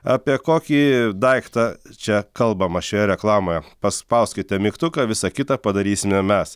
apie kokį daiktą čia kalbama šioje reklamoje paspauskite mygtuką visa kita padarysime mes